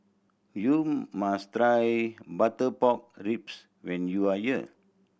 you must try butter pork ribs when you are here